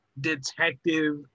detective